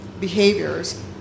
behaviors